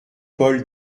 paul